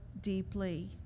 deeply